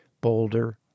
Boulder